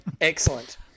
excellent